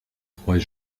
trois